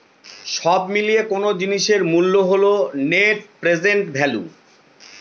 সব মিলিয়ে কোনো জিনিসের মূল্য হল নেট প্রেসেন্ট ভ্যালু